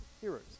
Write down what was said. heroes